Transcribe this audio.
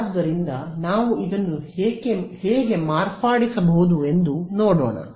ಆದ್ದರಿಂದ ನಾವು ಇದನ್ನು ಹೇಗೆ ಮಾರ್ಪಡಿಸಬಹುದು ಎಂದು ನೋಡೋಣ